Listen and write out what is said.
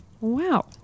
Wow